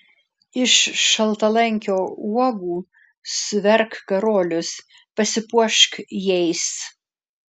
iš šaltalankio uogų suverk karolius pasipuošk jais